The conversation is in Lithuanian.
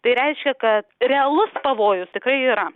tai reiškia kad realus pavojus tikrai yra